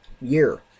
year